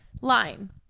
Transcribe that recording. line